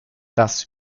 das